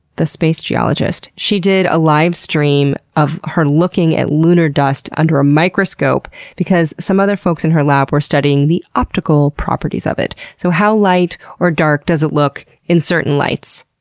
thespacegeologist, she did a live-stream of her looking at lunar dust under a microscope because some other folks in her lab were studying the optical properties of it. so how light or dark does it look in certain lights?